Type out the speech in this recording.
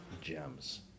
gems